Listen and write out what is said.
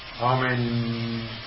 amen